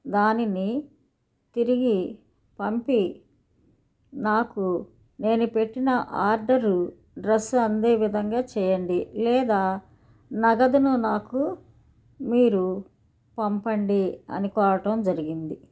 దానిని తిరిగి పంపి నాకు నేను పెట్టిన ఆర్డరు డ్రస్సు అందే విధంగా చేయండి లేదా నగదును నాకు మీరు పంపండి అనికోరటం జరిగింది